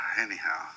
Anyhow